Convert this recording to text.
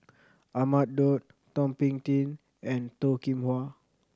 Ahmad Daud Thum Ping Tjin and Toh Kim Hwa